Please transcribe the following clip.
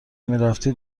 میرفتی